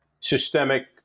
systemic